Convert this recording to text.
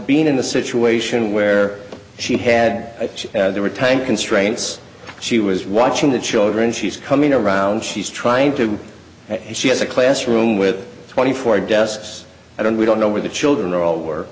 being in the situation where she had there were tank constraints she was watching the children she's coming around she's trying to and she has a classroom with twenty four desks i don't we don't know where the children are all w